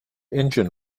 engine